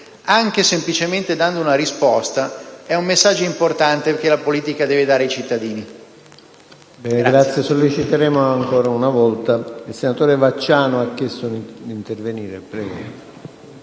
anche semplicemente dando una risposta, è un messaggio importante che la politica deve dare ai cittadini.